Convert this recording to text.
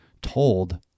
told